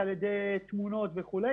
אם על ידי תמונות וכו',